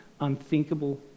unthinkable